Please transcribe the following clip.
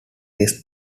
race